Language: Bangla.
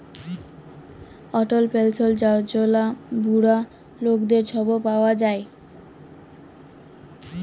অটল পেলসল যজলা বুড়া লকদের ছব পাউয়া যায়